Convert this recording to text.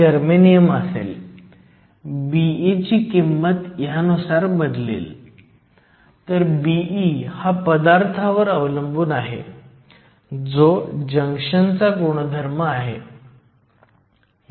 जर तुम्ही p वरील डायोड्सची लांबी आणि n बाजू वर n बाजू पाहिली तर डायोडची लांबी p बाजूला 100 आहे डायोडची लांबी 5 मायक्रो मीटर आहे